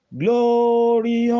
glory